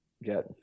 Get